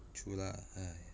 true lah